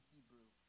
Hebrew